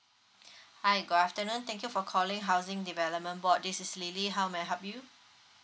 hi good afternoon thank you for calling housing development board this is lily how may I help you